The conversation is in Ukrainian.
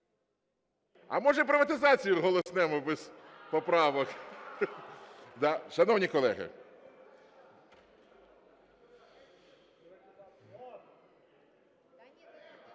А може "приватизацію" голоснемо без поправок? Шановні колеги!